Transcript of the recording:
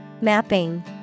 Mapping